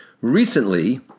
Recently